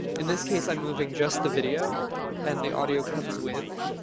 in this case, i'm moving just the video and the audio comes with.